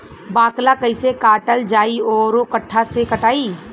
बाकला कईसे काटल जाई औरो कट्ठा से कटाई?